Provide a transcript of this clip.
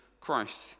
Christ